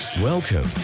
Welcome